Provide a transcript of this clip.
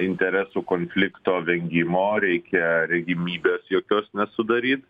interesų konflikto vengimo reikia regimybės jokios nesudaryt